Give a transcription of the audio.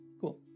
Cool